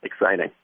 exciting